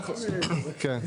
כן.